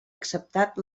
acceptat